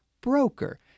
broker